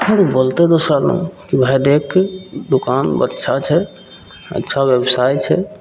आओर बोलतै दोसर जग भाइ देख दोकान अच्छा छै अच्छा बेवसाइ छै